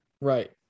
Right